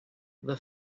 the